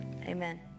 Amen